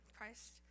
Christ